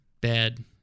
bad